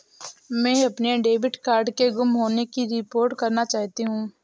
मैं अपने debit card के गुम होने की रिपोर्ट करना चाहती हूँ